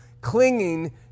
clinging